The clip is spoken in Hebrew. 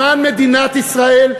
למען מדינת ישראל,